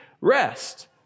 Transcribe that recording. rest